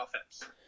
offense